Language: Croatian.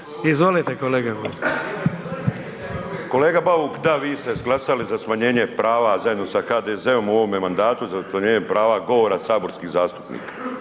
**Bulj, Miro (MOST)** Kolega Bauk, da vi ste izglasali za smanjenje prava zajedno sa HDZ-om u ovome mandatu … prava govora saborskih zastupnika.